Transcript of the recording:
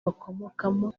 bakomokamo